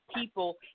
people